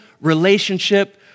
relationship